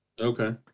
Okay